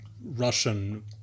Russian